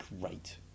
great